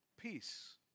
Peace